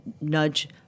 nudge